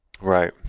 Right